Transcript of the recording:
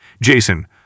Jason